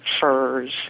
furs